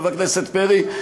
חבר הכנסת פרי,